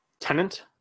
tenant